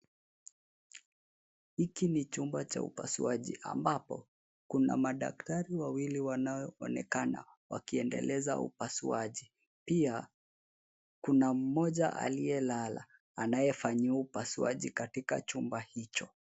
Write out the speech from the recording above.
Hiki ni chumba cha upasuaji ambapo kuna madaktari wawili wanaoonekana wakiendeleza upasuaji. Pia, kuna mmoja aliyelala anayefanyiwa upasuaji katika chumba hicho.